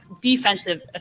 defensive